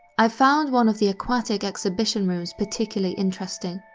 i found one of the aquatic exhibition rooms particularly interesting.